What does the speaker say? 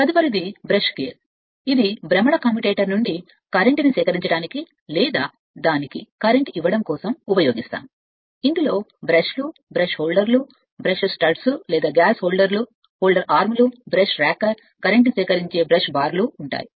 తదుపరిది భ్రమణ commutator commutator నుండి కరెంట్ సేకరించడానికి బ్రష్ గేర్ లేదా దానికి కరెంట్ ఇవ్వడం బ్రష్ గేర్తో తయారు చేయబడినది ఇందులో బ్రష్లు బ్రష్ హోల్డర్లు బ్రష్ స్టుడ్స్ లేదా గ్లాస్ హోల్డర్ చేతులు బ్రష్ రాకర్ ప్రస్తుత సేకరణ బ్రష్ బార్లు ఉంటాయి